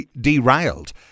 derailed